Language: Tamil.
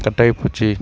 கட்டாகி போச்சு